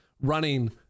running